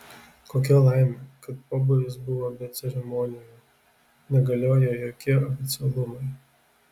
kokia laimė kad pobūvis buvo be ceremonijų negalioja jokie oficialumai